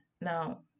Now